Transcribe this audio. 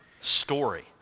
story